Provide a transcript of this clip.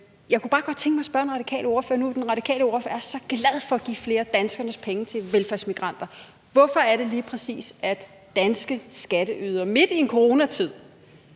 Jeg kunne bare godt tænke mig at spørge den radikale ordfører – nu, den radikale ordfører er så glad for at give flere af danskernes penge til velfærdsmigranter: Hvorfor er det lige præcis, at danske skatteydere midt i en coronatid,